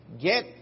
get